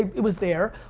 it was there,